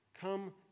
Come